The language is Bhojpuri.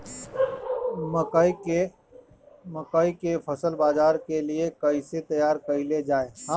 मकई के फसल बाजार के लिए कइसे तैयार कईले जाए?